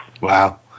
Wow